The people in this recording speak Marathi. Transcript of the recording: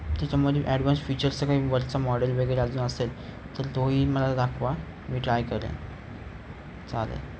त्याच्यामध्ये ॲडव्हान्स फीचर्सचा काही वर्चचा मॉडेल वगैरे जो असेल तर तोही मला दाखवा मी ट्राय करेन चालेल